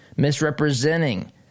misrepresenting